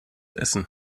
essen